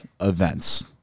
events